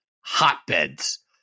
hotbeds